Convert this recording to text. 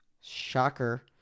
Shocker